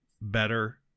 better